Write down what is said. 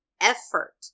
effort